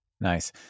Nice